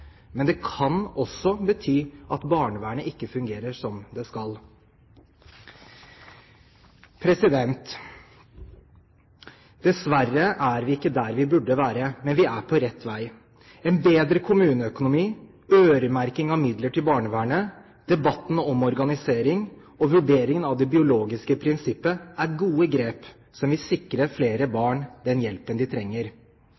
men det kan også bety at barnevernet ikke fungerer som det skal. Dessverre er vi ikke der vi burde være, men vi er på rett vei. En bedre kommuneøkonomi, øremerking av midler til barnevernet, debatten om organisering og vurderingen av det biologiske prinsippet er gode grep som vil sikre flere